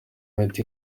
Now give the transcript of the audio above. miti